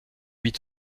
huit